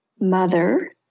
mother